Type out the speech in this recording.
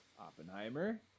Oppenheimer